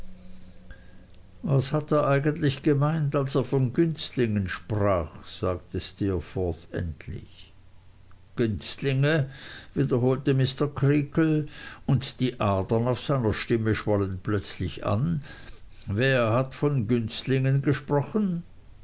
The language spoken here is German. was hat er eigentlich gemeint als er von günstlingen sprach sagte steerforth endlich günstlinge wiederholte mr creakle und die adern auf seiner stirne schwollen plötzlich an wer hat von günstlingen gesprochen